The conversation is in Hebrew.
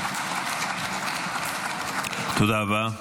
תודה רבה.